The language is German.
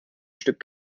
stück